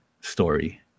story